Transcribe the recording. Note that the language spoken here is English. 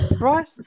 Right